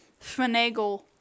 finagle